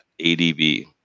ADB